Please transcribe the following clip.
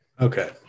okay